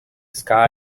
sky